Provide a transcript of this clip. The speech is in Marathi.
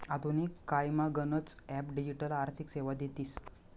आधुनिक कायमा गनच ॲप डिजिटल आर्थिक सेवा देतीस